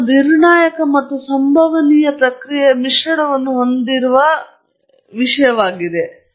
ನಾವು ನಿರ್ಣಾಯಕ ಮತ್ತು ಸಂಭವನೀಯ ಪ್ರಕ್ರಿಯೆಯ ಮಿಶ್ರಣವನ್ನು ಹೊಂದಿರುವ ಸ್ಥಳವಾಗಿದೆ